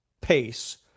pace